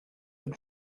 have